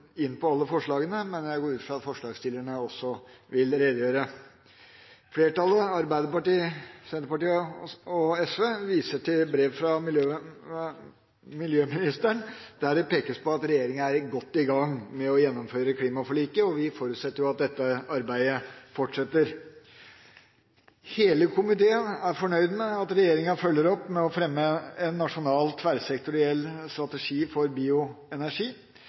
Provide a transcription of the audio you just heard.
inn på alle forslagene, men jeg går ut fra at forslagsstillerne også vil redegjøre for sine forslag. Flertallet – Arbeiderpartiet, Senterpartiet og SV – viser til brev fra miljøvernministeren, der det pekes på at regjeringa er godt i gang med å gjennomføre klimaforliket. Vi forutsetter at dette arbeidet fortsetter. Hele komiteen er fornøyd med at regjeringa følger opp med å fremme en nasjonal tverrsektoriell strategi for bioenergi.